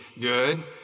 good